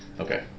Okay